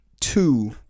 two